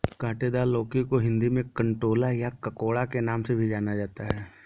काँटेदार लौकी को हिंदी में कंटोला या ककोड़ा के नाम से भी जाना जाता है